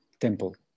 temple